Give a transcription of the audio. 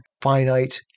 finite